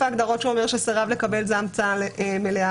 ההגדרות שאומר שסירב לקבל זאת המצאה מלאה.